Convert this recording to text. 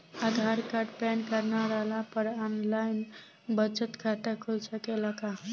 आधार card PAN card न रहला पर आन लाइन बचत खाता खुल सकेला का?